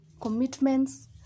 commitments